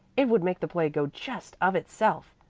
it would make the play go just of itself,